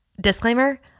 Disclaimer